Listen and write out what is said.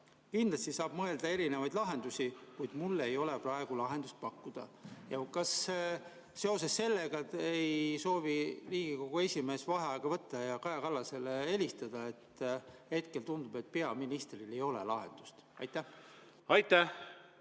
kindlasti saab mõelda erinevaid lahendusi, kuid tal ei ole praegu lahendust pakkuda. Kas seoses sellega ei soovi Riigikogu esimees vaheaega võtta ja Kaja Kallasele helistada, sest hetkel tundub, et peaministril ei ole lahendust? Aitäh!